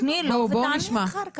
תני לו ותעני אחר כך.